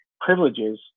privileges